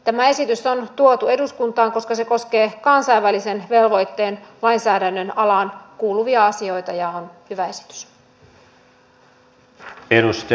tämä esitys on tuotu eduskuntaan koska se koskee kansainvälisen velvoitteen lainsäädännön alaan kuuluvia asioita ja se on hyvä esitys